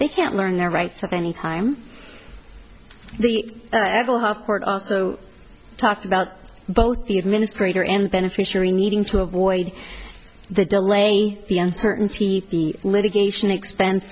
they can't learn their rights from any time the court also talked about both the administrator and beneficiary needing to avoid the delay the uncertainty the litigation expense